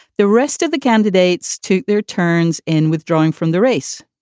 the rest of the candidates to their turns in withdrawing from the race.